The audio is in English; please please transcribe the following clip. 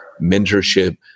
mentorship